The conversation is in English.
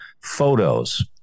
photos